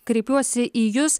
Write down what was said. kreipiuosi į jus